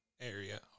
Area